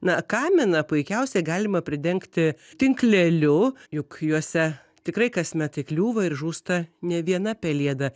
na kaminą puikiausiai galima pridengti tinkleliu juk juose tikrai kasmet įkliūva ir žūsta ne viena pelėda